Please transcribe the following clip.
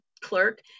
clerk